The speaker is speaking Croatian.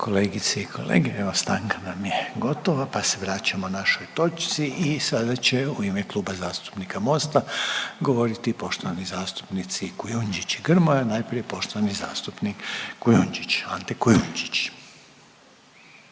Kolegice i kolege, evo stanka nam je gotova pa se vraćamo našoj točci i sada će u ime Kluba zastupnika Mosta, govoriti poštovani zastupnici Kujundžić i Grmoja. Najprije poštovani zastupnik Kujundžić, Ante Kujundžić.